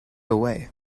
away